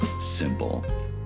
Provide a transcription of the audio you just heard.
simple